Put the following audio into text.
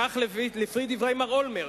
כך לפי דברי מר אולמרט: